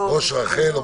רח"ל.